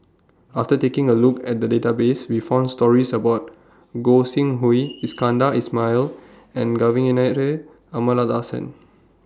after taking A Look At The Database We found stories about Gog Sing Hooi Iskandar Ismail and Kavignareru Amallathasan